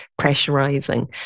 pressurizing